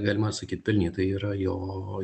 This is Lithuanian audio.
galima ir sakyt pelnytai yra jo o